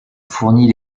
fournit